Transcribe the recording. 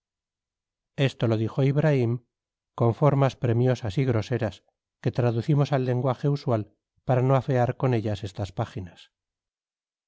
esto lo dijo ibraim con formas premiosas y groseras que traducimos al lenguaje usual para no afear con ellas estas páginas